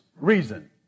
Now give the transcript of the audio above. reason